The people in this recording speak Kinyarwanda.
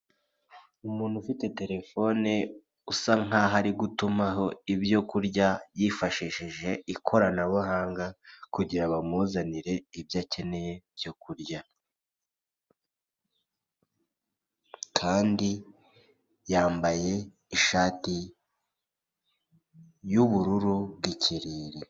Umuntu ufite telefone usa nkaho ari gutumaho ibyo kurya yifashishije ikoranabuhanga kugirango bamuzanire ibyo akeneye byo kurya, kandi yambaye ishati y'ubururu bw'ikirere.